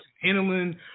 handling